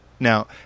Now